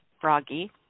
froggy